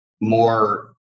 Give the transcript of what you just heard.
more